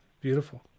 Beautiful